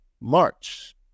March